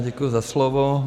Děkuji za slovo.